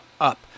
up